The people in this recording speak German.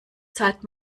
zahlt